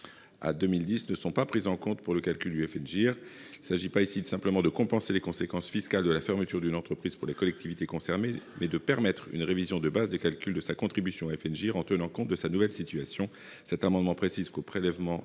à 2010 ne sont pas prises en compte dans le calcul. Il ne s'agit pas ici de simplement compenser les conséquences fiscales de la fermeture d'une entreprise pour la collectivité territoriale concernée, mais de permettre une révision des bases de calcul de sa contribution au FNGIR en tenant compte de sa nouvelle situation. Cet amendement prévoit qu'un prélèvement